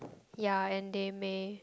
ya and they may